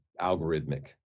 algorithmic